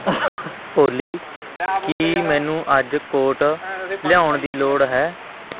ਓਲੀ ਕੀ ਮੈਨੂੰ ਅੱਜ ਕੋਟ ਲਿਆਉਣ ਦੀ ਲੋੜ ਹੈ